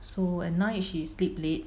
so at night she sleep late